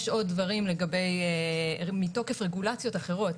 יש עוד דברים מתוקף רגולציות אחרות.